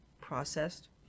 processed